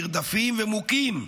נרדפים ומוכים.